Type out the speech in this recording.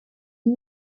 une